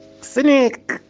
Cynic